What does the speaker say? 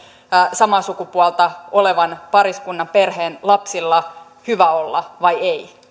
samaa sukupuolta olevan pariskunnan perheen lapsilla hyvä olla vai ei